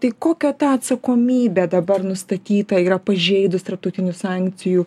tai kokio ta atsakomybė dabar nustatyta yra pažeidus tarptautinių sankcijų